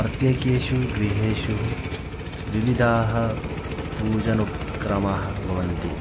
प्रत्येकेषु गृहेषुः विविधाः पूजनोपक्रमाः भवन्ति